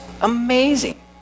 amazing